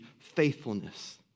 faithfulness